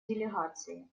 делегации